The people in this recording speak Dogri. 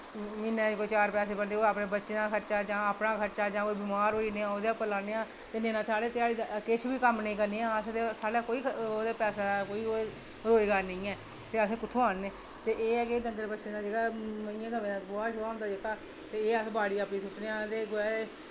म्हीनै दे कोई चार पैसे बनदे ते ओह् बच्चें दा खर्चा जां कोई अपना खर्चा जां कोई बमार होऐ ते ओह्दे पर लानै आं ते नेईं तां किश बी कम्म निं करने आं अस ते साढ़ा कोई ओह् पैसे दा रोज़गार निं ऐ ते असें कुत्थुं दा आह्नने ते एह् ऐ की डंगर बच्छे दा मेहियें गवें दा जेह्ड़ा गोहा होंदा जेह्का ते एह् अस बाड़ी अपनी सुट्टनै आं ते